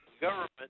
government